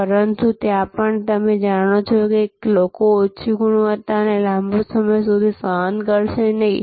પરંતુ ત્યાં પણ તમે જાણો છો કે લોકો ઓછી ગુણવત્તાને લાંબા સમય સુધી સહન કરશે નહીં